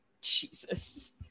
jesus